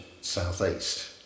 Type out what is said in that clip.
south-east